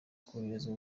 koroherezwa